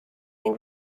ning